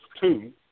two